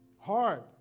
Hard